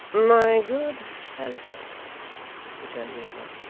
my good fellow returned the other,